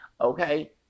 okay